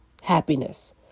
happiness